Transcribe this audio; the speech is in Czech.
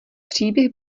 příběh